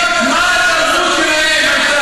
מה התרבות שלהם?